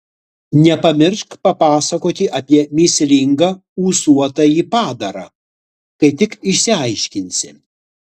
nepamiršk papasakoti apie mįslingą ūsuotąjį padarą kai tik išsiaiškinsi